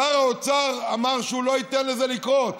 שר האוצר אמר שהוא לא ייתן לזה לקרות,